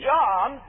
John